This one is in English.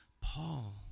Paul